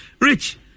Rich